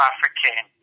African